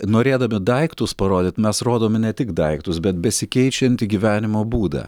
norėdami daiktus parodyt mes rodome ne tik daiktus bet besikeičiantį gyvenimo būdą